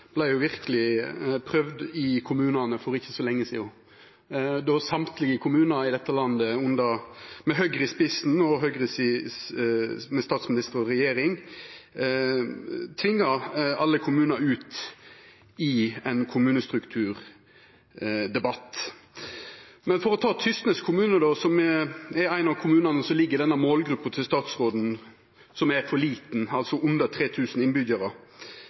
verkeleg prøvd i kommunane for ikkje så lenge sidan, då alle kommunar i dette landet med Høgre i spissen – Høgre med statsminister og regjering – vart tvinga ut i ein kommunestrukturdebatt. For å ta Tysnes kommune, som er ein av kommunane som ligg i målgruppa til statsråden, og som er for liten, altså under 3 000 innbyggjarar: